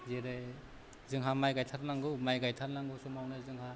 जेरै जोंहा माइ गायथारनांगौ माइ गायथारनांगौ समावनो जोंहा